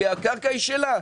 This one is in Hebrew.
כי הקרקע היא שלה.